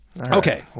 Okay